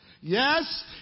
Yes